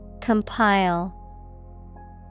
Compile